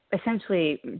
essentially